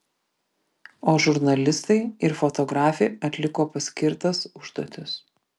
o žurnalistai ir fotografė atliko paskirtas užduotis